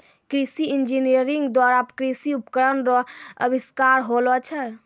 कृषि इंजीनियरिंग द्वारा कृषि उपकरण रो अविष्कार होलो छै